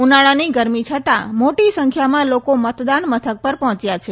ઉનાળાની ગરમી છતાં મોટી સંખ્યામાં લોકો મતદાન મથક પર પહોંચ્યા છે